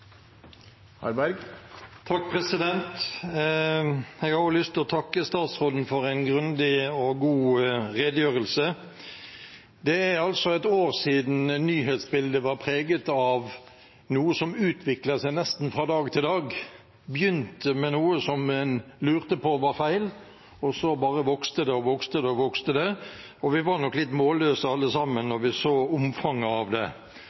altså et år siden nyhetsbildet var preget av noe som utviklet seg nesten fra dag til dag. Det begynte med noe som en lurte på om var feil, og så bare vokste og vokste det. Vi var nok alle sammen litt målløse da vi så omfanget av det.